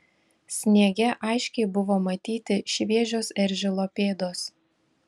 sniege aiškiai buvo matyti šviežios eržilo pėdos